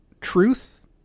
truth